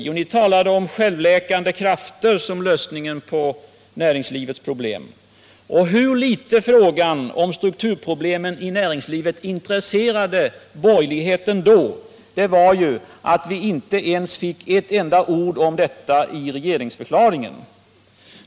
Jo, ni talade om självläkande krafter som lösningen på näringslivets problem. Hur litet frågan om strukturproblemen i näringslivet intresserade borgerligheten då visades av att det inte sades ett enda ord om den i regeringsförklaringen.